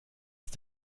ist